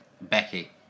Becky